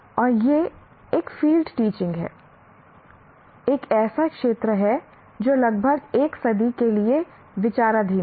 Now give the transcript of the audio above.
और यह एक फील्ड टीचिंग है एक ऐसा क्षेत्र है जो लगभग एक सदी के लिए विचाराधीन है